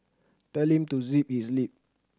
tell him to zip his lip